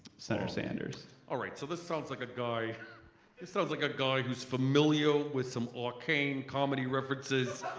senator sanders? all right, so this sounds like a guy it sounds like a guy who's familiar with some arcane comedy references